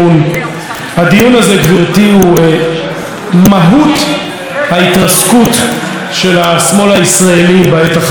הוא מהות ההתרסקות של השמאל הישראלי בעת החדשה.